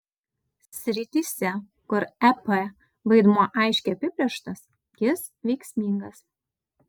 srityse kur ep vaidmuo aiškiai apibrėžtas jis veiksmingas